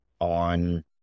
on